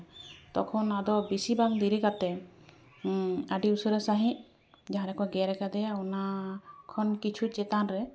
ᱛᱚᱠᱷᱚᱱ ᱟᱫᱚ ᱵᱮᱥᱤ ᱵᱟᱝ ᱫᱮᱨᱤ ᱠᱟᱛᱮ ᱟᱹᱰᱤ ᱩᱥᱟᱹᱨᱟ ᱥᱟᱺᱦᱤᱡ ᱡᱟᱦᱟᱸᱨᱮᱠᱚ ᱜᱮᱨ ᱟᱠᱟᱫᱮᱭᱟ ᱚᱱᱟ ᱠᱷᱚᱱ ᱠᱤᱪᱷᱩ ᱪᱮᱛᱟᱱ ᱨᱮ